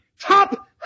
Top